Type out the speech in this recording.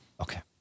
Okay